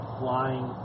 flying